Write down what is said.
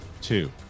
two